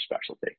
specialty